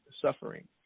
suffering